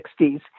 1960s